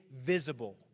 visible